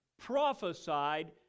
prophesied